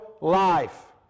life